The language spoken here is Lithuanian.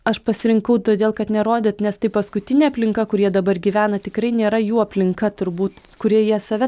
aš pasirinkau todėl kad nerodyt nes tai paskutinė aplinka kur jie dabar gyvena tikrai nėra jų aplinka turbūt kurie jie save